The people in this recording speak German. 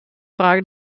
frage